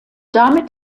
damit